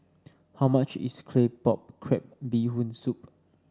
how much is Claypot Crab Bee Hoon Soup